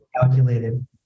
calculated